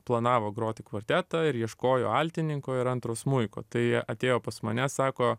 planavo groti kvartetą ir ieškojo altininko ir antro smuiko tai atėjo pas mane sako